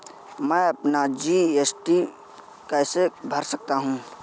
मैं अपना जी.एस.टी कैसे भर सकता हूँ?